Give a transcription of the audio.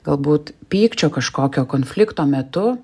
galbūt pykčio kažkokio konflikto metu